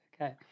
Okay